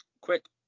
Quick